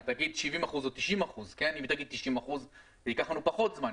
אם היא תגיד 70% או 90%. אם היא תגיד 70% זה ייקח לנו פחות זמן,